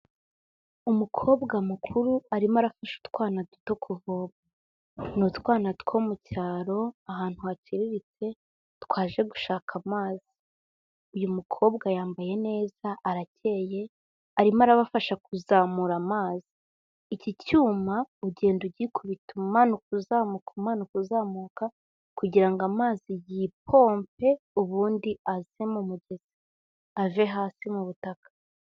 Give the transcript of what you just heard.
Umukobwa mukuru arimo arafashe utwana duto kuvoma, ni utwana two mu cyaro ahantu haciriritse twaje gushaka amazi, uyu mukobwa yambaye neza arakeye arimo arabafasha kuzamura amazi, iki cyuma ugenda ugikubita umanuka uzamuka umuka uzamuka, kugira ngo amazi yipompe ubundi aze mu mugezi ave hasi mu butaka.